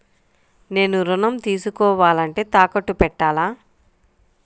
నేను ఋణం తీసుకోవాలంటే తాకట్టు పెట్టాలా?